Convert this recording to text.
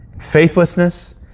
faithlessness